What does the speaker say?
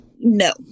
no